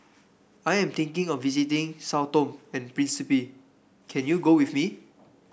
I am thinking of visiting Sao Tome and Principe can you go with me